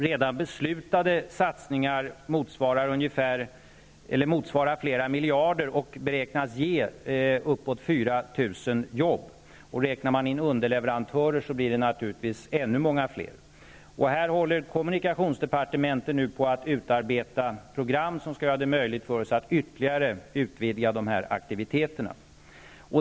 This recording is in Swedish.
Redan beslutade satsningar motsvarar flera miljarder och beräknas ge uppåt 4 000 jobb. Räknar man in underleverantörer blir det naturligtvis ännu många fler. Kommunikationsdepartementet håller nu på att utarbeta program som skall göra det möjligt för oss att ytterligare utvidga dessa aktiviteter.